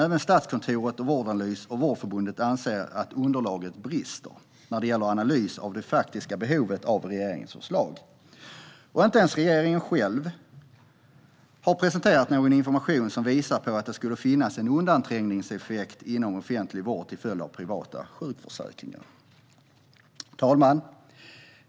Även Statskontoret, Vårdanalys och Vårdförbundet anser att underlaget brister när det gäller analys av det faktiska behovet av regeringens förslag. Inte ens regeringen själv har presenterat någon information som visar att det skulle finnas någon undanträngningseffekt inom offentlig vård till följd av privata sjukförsäkringar. Herr talman!